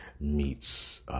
meets